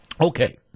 Okay